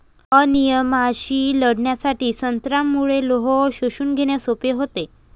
अनिमियाशी लढण्यासाठी संत्र्यामुळे लोह शोषून घेणे सोपे होते